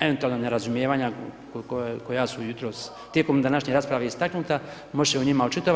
eventualna nerazumijevanja koja su jutros, tijekom današnje rasprave istaknuta, moći ćemo o njima očitovati.